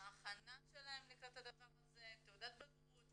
ההכנה שלהם לקראת הדבר הזה, תעודת בגרות